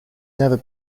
never